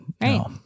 no